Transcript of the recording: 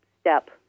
step